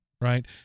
right